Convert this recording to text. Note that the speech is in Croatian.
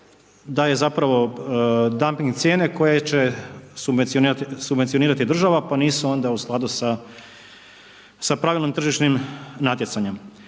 daje zapravo dumping cijene koje će subvencionirati država pa nisu onda u skladu sa pravilnim tržišnim natjecanjem.